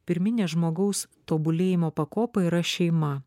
pirminė žmogaus tobulėjimo pakopa yra šeima